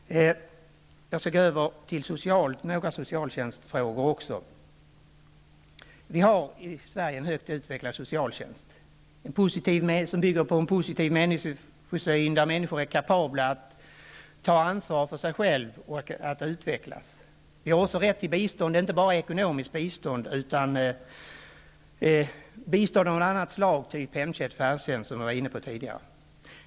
Jag skall övergå till att ta upp några socialtjänstfrågor. Vi har i Sverige en högt utvecklad socialtjänst, som bygger på en positiv människosyn -- att människor är kapabla att ta ansvar för sig själva och att utvecklas. De har också rätt till bistånd, inte bara ekonomiskt utan även bistånd av typ hemtjänst och färdtjänst, som jag var inne på tidigare.